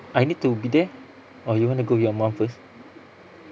I need to be there or you want to go with your mum first